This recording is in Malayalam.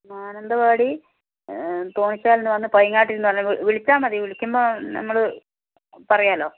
മാനന്തവാടി തോണിച്ചാൽ എന്നു പറഞ്ഞെ പൈങ്ങാട്ടിൽ എന്നു പറഞ്ഞെ വിളിച്ചാൽമതി വിളിക്കുമ്പോൾ നമ്മൾ പറയാമല്ലോ